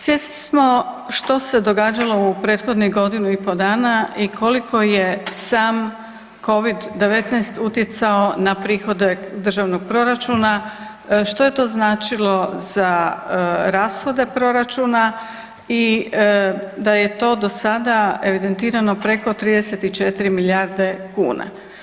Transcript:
Svjesni smo što se događalo u prethodnih godinu i pol dana i koliko je sam Covid-19 utjecao na prihode državnog proračuna, što je to značilo za rashode proračuna i da je to do sada evidentirano preko 34 milijarde kuna.